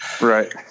right